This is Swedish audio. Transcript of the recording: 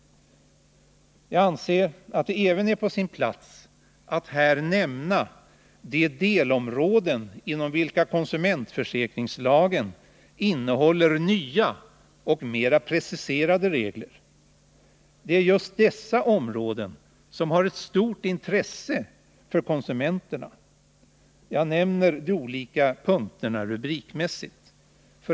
Jag anser att det även är på sin plats att här nämna de delområden inom vilka konsumentförsäkringslagen innehåller nya och mera preciserade regler. Det är just dessa områden som har ett stort intresse för konsumenterna. Jag nämner de olika punkterna rubrikmässigt.